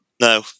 No